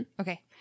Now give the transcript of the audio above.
Okay